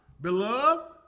Beloved